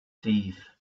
thief